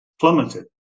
plummeted